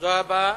תודה רבה.